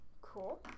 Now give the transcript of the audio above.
Cool